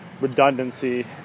redundancy